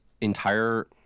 entire